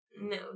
No